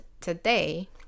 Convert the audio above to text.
today